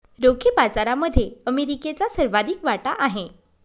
रोखे बाजारामध्ये अमेरिकेचा सर्वाधिक वाटा आहे